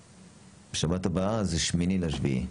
שבת הבאה זה 8 ביולי.